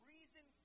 Reason